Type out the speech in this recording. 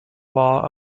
law